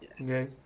Okay